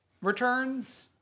Returns